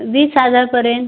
वीस हजारपर्यंत